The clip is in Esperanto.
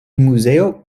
muzeo